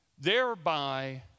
thereby